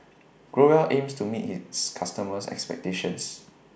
Growell aims to meet its customers' expectations